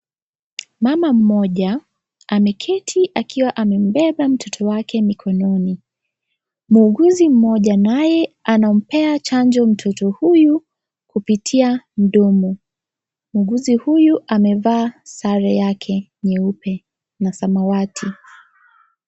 Mama mmoja ameketi akiwa amebeba mtoto wake mikononi muuguzi mmoja naye anampea chanjo mtoto huyu kupitia mdomo, muuguzi huyu amevaa sare yake nyeupe na samawati.